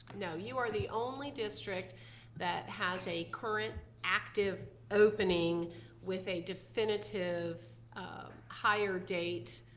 you know you are the only district that has a current active opening with a definitive hire date.